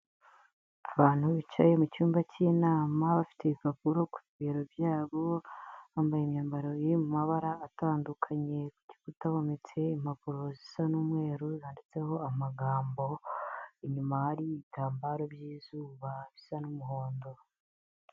Abantu bicaye mu cyumba cy'inama bafite ibipapuro ku bibero byabo bambaye imyambaro iri mu mabara atandukanye, ku gikuta hometse impapuro zisa n'umweru zanditseho amagambo, inyuma hari ibitambaro by'izuba bisa n'umuhondo.